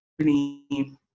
company